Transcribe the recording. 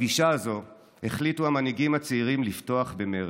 בפגישה הזאת החליטו המנהיגים הצעירים לפתוח במרד,